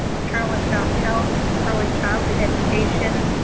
maternal and child health, early childhood education,